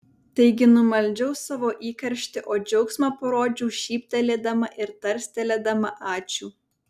taigi numaldžiau savo įkarštį o džiaugsmą parodžiau šyptelėdama ir tarstelėdama ačiū